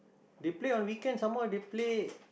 they play on weekends some more they play